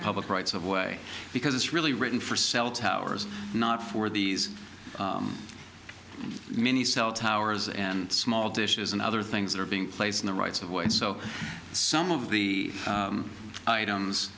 public rights of way because it's really written for cell towers not for these many cell towers and small dishes and other things that are being placed on the rights of way and so some of the items